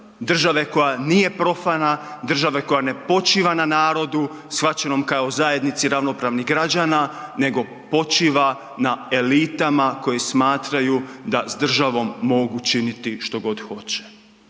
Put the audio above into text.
države koja nije profana, država koja ne počiva na narodu shvaćenom kao zajednici ravnopravnih građana, nego počiva na elitama koje smatraju da s državom mogu činiti što god hoće.